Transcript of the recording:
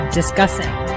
discussing